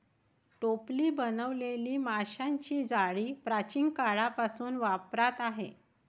टोपली बनवलेली माशांची जाळी प्राचीन काळापासून वापरात आहे